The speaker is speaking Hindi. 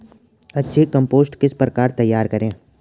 अच्छी कम्पोस्ट किस प्रकार तैयार करें?